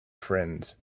friends